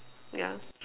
yeah